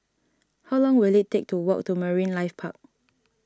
how long will it take to walk to Marine Life Park